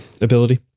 ability